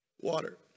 water